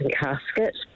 casket